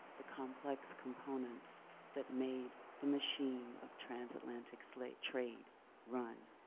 the complex components that made the machine of transatlantic slave trade run.